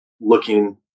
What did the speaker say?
looking